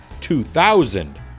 2000